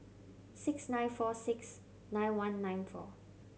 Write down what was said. six nine four six nine one nine four